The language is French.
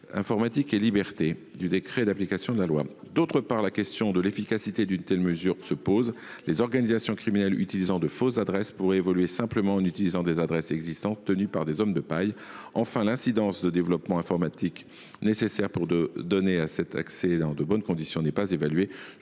contrôle du décret d’application de la loi par la Cnil. Par ailleurs, la question de l’efficacité d’une telle mesure se pose. Les organisations criminelles utilisant de fausses adresses pourraient évoluer simplement en utilisant des adresses existantes tenues par des hommes de paille. Enfin, l’incidence des développements informatiques nécessaires pour donner cet accès dans de bonnes conditions n’a pas été évaluée.